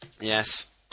Yes